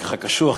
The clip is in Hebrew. ככה קשוח,